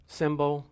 symbol